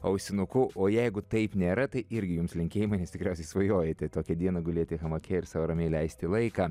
ausinuku o jeigu taip nėra tai irgi jums linkėjimai nes tikriausiai svajojate tokią dieną gulėti hamake ir sau ramiai leisti laiką